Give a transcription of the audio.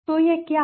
तो यह क्या है